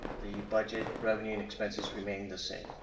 the budget revenue and expenses remain the same.